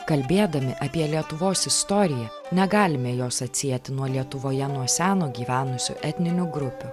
kalbėdami apie lietuvos istoriją negalime jos atsieti nuo lietuvoje nuo seno gyvenusių etninių grupių